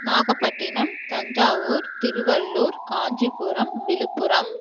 Nagapattinam Thanjavur Tiruvallur Kanchipuram Villupuram